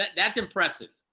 and that's impressive.